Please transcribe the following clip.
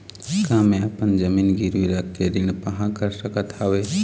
का मैं अपन जमीन गिरवी रख के ऋण पाहां कर सकत हावे?